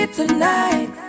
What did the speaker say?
tonight